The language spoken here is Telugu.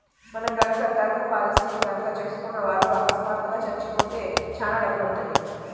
మనం గనక టర్మ్ పాలసీలు గనక చేసుకున్న వాళ్ళు అకస్మాత్తుగా చచ్చిపోతే చానా డబ్బులొత్తయ్యి